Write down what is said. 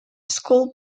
school